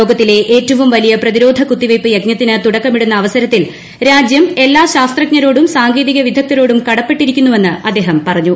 ലോകത്തിലെ ഏറ്റവും വലിയ പ്രതിരോധ കുത്തിവയ്പ്പ് യജ്ഞത്തിന് തുടക്കമിടുന്ന അവസരത്തിൽ രാജ്യം എല്ലാ ശാസ്ത്രജ്ഞരോടും സാങ്കേതിക വിദഗ്ധരോടും കടപ്പെട്ടിരിക്കുന്നുവെന്ന് അദ്ദേഹം പറഞ്ഞു